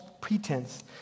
pretense